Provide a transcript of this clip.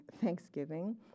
Thanksgiving